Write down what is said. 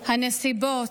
הנסיבות.